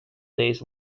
days